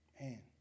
Man